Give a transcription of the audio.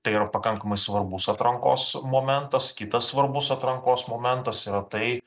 tai yra pakankamai svarbus atrankos momentas kitas svarbus atrankos momentas yra tai